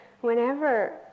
whenever